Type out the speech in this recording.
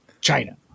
China